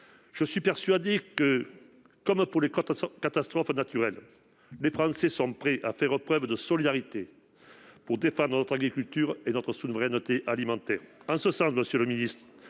Je suis persuadé que, comme pour les catastrophes naturelles, les Français sont prêts à faire preuve de solidarité pour défendre notre agriculture et notre souveraineté alimentaire. En ce sens, monsieur le ministre,